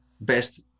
best